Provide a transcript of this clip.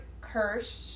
Kirsch